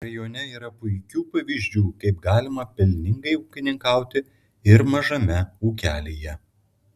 rajone yra puikių pavyzdžių kaip galima pelningai ūkininkauti ir mažame ūkelyje